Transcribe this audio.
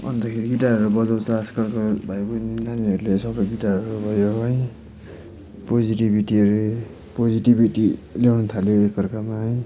अन्तखेरि गिटारहरू बजाउँछ आजकलको भाइबैनी नानीहरूले यसो गिटारहरू भयो है पोजिटिभिटी अरे पोजिटिभिटी ल्याउनथाल्यो एकाअर्कामा है